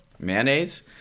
mayonnaise